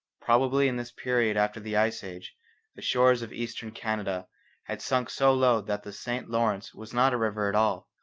probably in this period after the ice age the shores of eastern canada had sunk so low that the st lawrence was not a river at all,